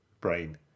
brain